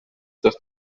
dass